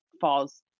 falls